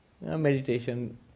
meditation